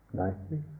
nicely